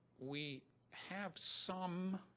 we have some